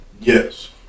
yes